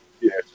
Yes